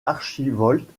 archivolte